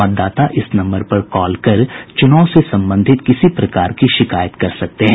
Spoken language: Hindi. मतदाता इस नम्बर पर कॉल कर चुनाव से संबंधित किसी प्रकार की शिकायत कर सकते हैं